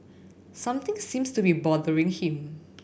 something seems to be bothering him